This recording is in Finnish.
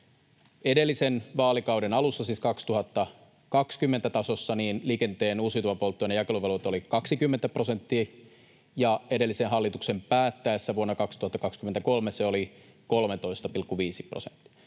Edellisen vaalikauden alussa, siis 2020:n tasossa, liikenteen uusiutuvan polttoaineen jakeluvelvoite oli 20 prosenttia, ja edellisen hallituksen päättäessä vuonna 2023 se oli 13,5 prosenttia.